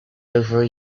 over